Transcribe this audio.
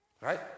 right